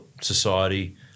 society